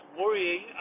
worrying